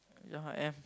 yeah and